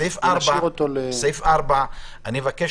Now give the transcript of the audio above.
בסעיף 4 אני מבקש